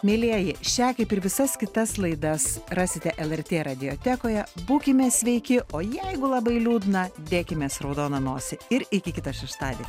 mielieji šią kaip ir visas kitas laidas rasite lrt radijotekoje būkime sveiki o jeigu labai liūdna dėkimės raudoną nosį ir iki kito šeštadienio